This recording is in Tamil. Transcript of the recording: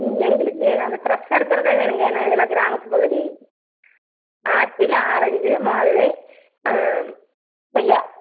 ம் எங்களுக்கு அந்த ஃப்ரெஷாக இருக்கிறதுதான் வேணும்ங்க ஏன்னா கிராமத்து பகுதி ஆப்பிள் ஆரஞ்சு மாதுளை ஆ கொய்யா